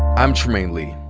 i'm trymaine lee.